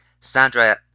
Sandra